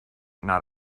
not